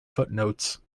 footnotes